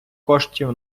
коштів